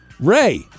Ray